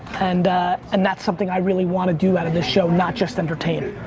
and and that's something i really wanna do out of this show. not just entertain.